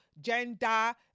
gender